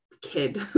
kid